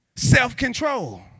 Self-control